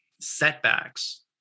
setbacks